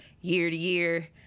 year-to-year